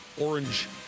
orange